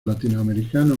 latinoamericanos